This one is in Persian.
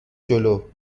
جلو